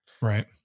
Right